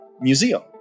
museum